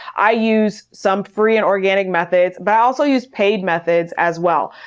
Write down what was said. i use some free and organic methods. but i also use paid methods as well.